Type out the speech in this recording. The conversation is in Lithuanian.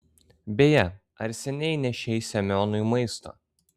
beje ar seniai nešei semionui maisto